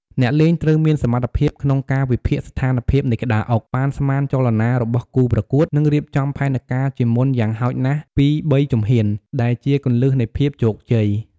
អ្នកលេងត្រូវមានសមត្ថភាពក្នុងការវិភាគស្ថានភាពនៃក្តារអុក ប៉ាន់ស្មានចលនារបស់គូប្រកួត និងរៀបចំផែនការជាមុនយ៉ាងហោចណាស់ពីរបីជំហាន ដែលជាគន្លឹះនៃភាពជោគជ័យ។